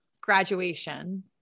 graduation